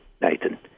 Nathan